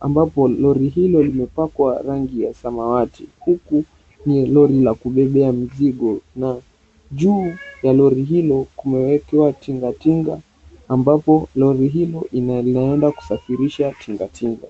ambapo lori hilo limepakwa rangi ya samawati huku ni lori la kubebea mizigo na juu ya lori hilo kumewekewa tingatinga ambapo lori hilo linaenda kusafirisha tingatinga.